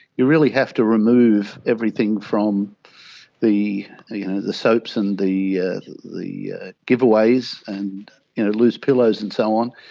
you really have to remove everything, from the you know the soaps and the the giveaways and loose pillows and so on,